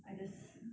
I just